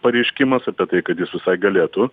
pareiškimas apie tai kad jis visai galėtų